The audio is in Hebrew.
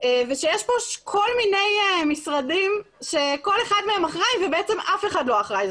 ויש פה כל מיני משרדים שכל אחד מהם אחראי ובעצם אף אחד מהם לא אחראי.